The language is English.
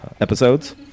episodes